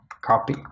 copy